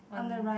on the right